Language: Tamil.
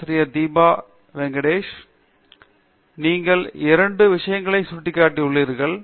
பேராசிரியர் தீபா வெங்கையர் நீங்கள் 2 விஷயங்களை சுட்டிக்காட்டி உள்ளீர்கள்